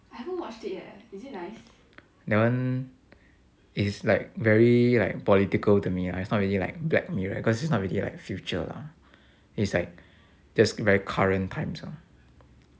that one is like very like political to me lah it's not really like black mirror cause it's not really like future lah it's like just very current times ah